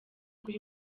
kuri